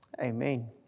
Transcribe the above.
Amen